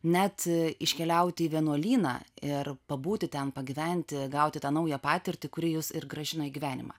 net iškeliauti į vienuolyną ir pabūti ten pagyventi gauti tą naują patirtį kuri jus ir grąžino į gyvenimą